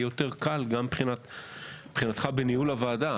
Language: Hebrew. יהיה יותר קל גם מבחינתך בניהול הוועדה.